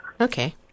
Okay